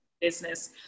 business